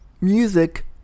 Music